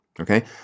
okay